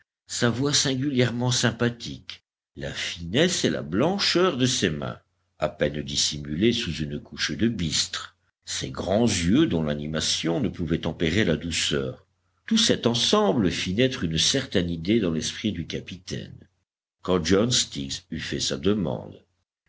sa voix singulièrement sympathique la finesse et la blancheur de ses mains à peine dissimulée sous une couche de bistre ses grands yeux dont l'animation ne pouvait tempérer la douceur tout cet ensemble fit naître une certaine idée dans l'esprit du capitaine quand john stiggs eut fait sa demande